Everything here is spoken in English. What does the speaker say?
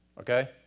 okay